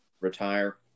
Retire